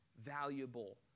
valuable